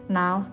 now